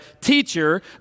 Teacher